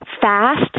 fast